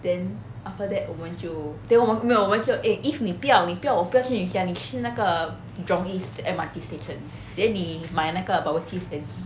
then after that 我们就 then 我们没有就 eh eve 你不要我不要去你家你去那个 jurong east 的 M_R_T station then 你买那个 bubble tea 先